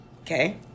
okay